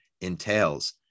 entails